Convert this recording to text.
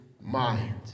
mind